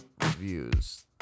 reviews